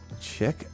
Check